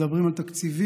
מדברים על תקציבים,